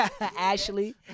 Ashley